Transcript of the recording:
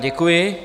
Děkuji.